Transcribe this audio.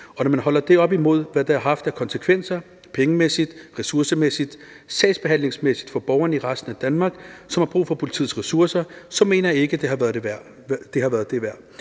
og når man holder det op imod, hvad det har haft af konsekvenser pengemæssigt, ressourcemæssigt og sagsbehandlingsmæssigt for borgerne i resten af Danmark, som har brug for politiets ressourcer, mener jeg ikke, det har været det værd.